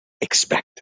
expect